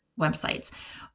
websites